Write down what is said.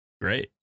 great